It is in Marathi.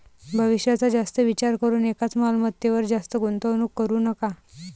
भविष्याचा जास्त विचार करून एकाच मालमत्तेवर जास्त गुंतवणूक करू नका